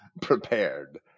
prepared